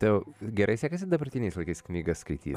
tau gerai sekasi dabartiniais laikais knygas skaityt